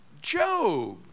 Job